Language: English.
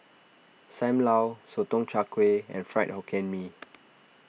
Sam Lau Sotong Char Kway and Fried Hokkien Mee